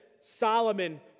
Solomon